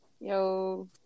Yo